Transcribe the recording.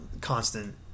constant